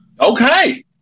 Okay